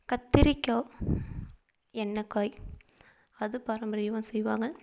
கத்திரிக்காய் எண்ணெய் காய் அது பாரம்பரியமாக செய்வாங்க